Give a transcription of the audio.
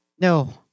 No